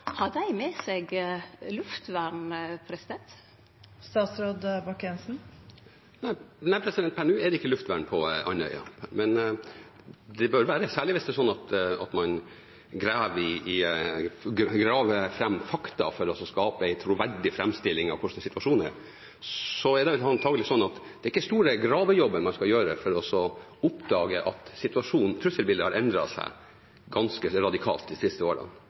med seg luftvern? Nei, per nå er det ikke luftvern på Andøya, men det bør det være, særlig hvis man graver fram fakta for å skape en troverdig framstilling av hvordan situasjonen er. Det er antakelig sånn at det ikke er store gravejobben man skal gjøre for å oppdage at trusselbildet har endret seg ganske radikalt de siste årene.